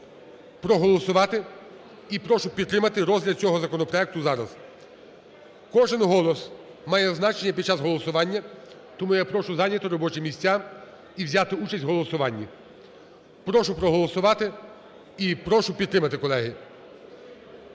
проголосувати і прошу підтримати розгляд цього законопроекту зараз. Кожен голос має значення під час голосування, тому я прошу зайняти робочі місця і взяти участь у голосуванні. Прошу проголосувати і прошу підтримати, колеги.